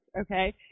Okay